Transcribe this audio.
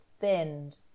bend